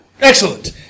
Excellent